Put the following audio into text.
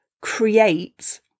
create